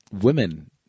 women